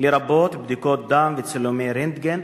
לרבות בדיקות דם וצילומי רנטגן,